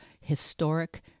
historic